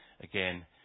again